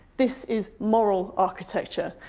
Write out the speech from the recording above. this is moral architecture,